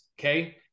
okay